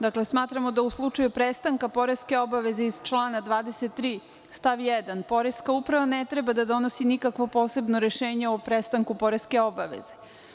Dakle, smatramo da u slučaju prestanka poreske obaveze iz člana 23. stav 1. poreska uprava ne treba da donosi nikakvo posebno rešenje o prestanku poreske obaveze.